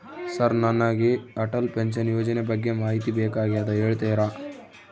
Sir ನನಗೆ Atal pension ಯೋಜನೆ ಬಗ್ಗೆ ಮಾಹಿತಿ ಬೇಕಾಗ್ಯದ ಹೇಳ್ತೇರಾ?